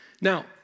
Now